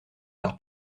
par